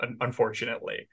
unfortunately